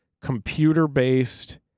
computer-based